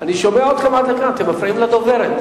אני שומע אתכם עד לכאן, אתם מפריעים לדוברת.